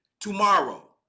tomorrow